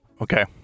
Okay